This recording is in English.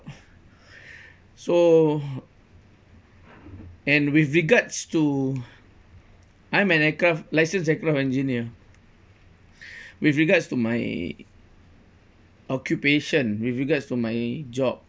so and with regards to I'm an aircraft licensed aircraft engineer with regards to my occupation with regards to my job